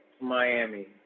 Miami